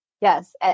Yes